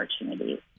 opportunities